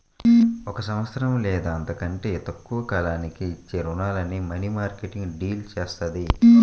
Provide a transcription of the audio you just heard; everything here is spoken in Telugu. ఒక సంవత్సరం లేదా అంతకంటే తక్కువ కాలానికి ఇచ్చే రుణాలను మనీమార్కెట్ డీల్ చేత్తది